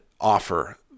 offer